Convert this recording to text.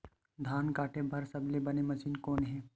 धान काटे बार सबले बने मशीन कोन हे?